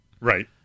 Right